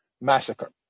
massacre